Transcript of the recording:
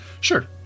Sure